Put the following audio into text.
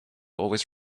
always